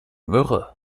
myrrhe